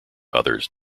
others